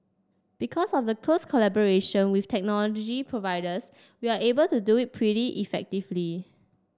because of the close collaboration with technology providers we are able to do it pretty effectively